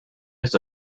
has